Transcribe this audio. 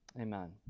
amen